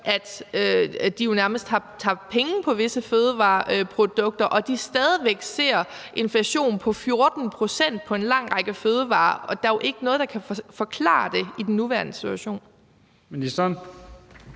at de jo nærmest har tabt penge på visse fødevareprodukter, og at de stadig væk ser en inflation på 14 pct. på en lang række fødevarer. Og der er jo ikke noget, der kan forklare det, i den nuværende situation. Kl.